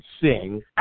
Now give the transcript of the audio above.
sing